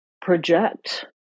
project